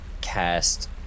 cast